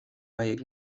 vajag